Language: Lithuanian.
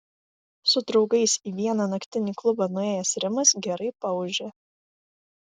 su draugais į vieną naktinį klubą nuėjęs rimas gerai paūžė